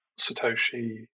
Satoshi